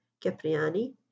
Capriani